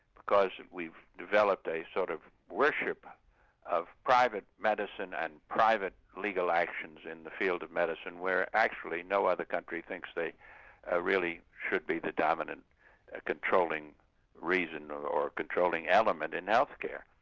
because we've developed a sort of worship of private medicine and private legal actions in the field of medicine where actually no other country thinks they ah really should be the dominant controlling reason, or or controlling element in healthcare.